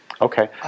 Okay